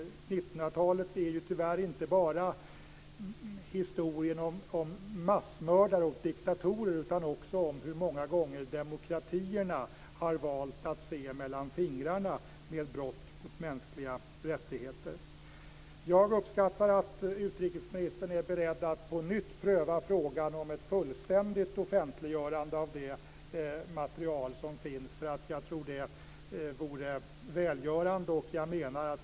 1900-talets historia handlar ju tyvärr inte bara om massmördare och diktatorer utan den handlar många gånger också om hur demokratierna har valt att se mellan fingrarna vid brott mot mänskliga rättigheter. Jag uppskattar att utrikesministern är beredd att på nytt pröva frågan om ett fullständigt offentliggörande av det material som finns. Jag tror att det vore välgörande.